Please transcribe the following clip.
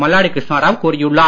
மல்லாடி கிருஷ்ணா ராவ் கூறியுள்ளார்